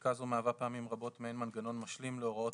חקיקה זו מהווה פעמים רבות מעין מנגנון משלים להוראות